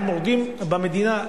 הם מורדים במדינה?